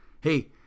hey